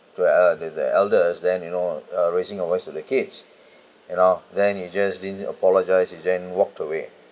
to eld~ to the elders then you know uh raising your voice to the kids you know then he just didn't apologise he then walked away